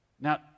Now